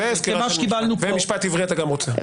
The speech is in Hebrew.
כי מה שקיבלנו פה --- ומשפט עברי אתה גם רוצה?